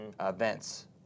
events